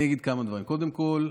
אגיד כמה דברים: קודם כול,